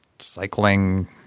cycling